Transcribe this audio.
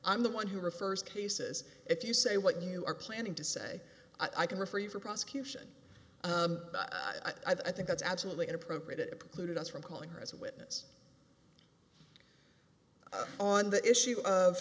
i'm the one who refers cases if you say what you are planning to say i can refer you for prosecution but i think that's absolutely inappropriate it precluded us from calling her as a witness on the issue